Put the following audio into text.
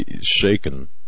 shaken